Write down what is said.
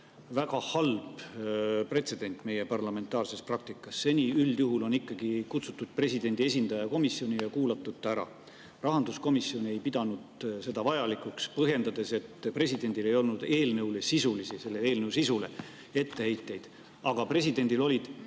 väga halb pretsedent meie parlamentaarses praktikas. Seni on üldjuhul ikkagi kutsutud presidendi esindaja komisjoni ja kuulatud ta ära. Rahanduskomisjon ei pidanud seda vajalikuks, põhjendades, et presidendil ei olnud selle eelnõu sisule etteheiteid. Aga presidendil olid